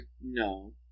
No